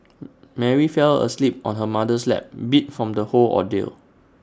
Mary fell asleep on her mother's lap beat from the whole ordeal